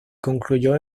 concluyó